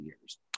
years